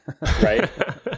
right